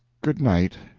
good night,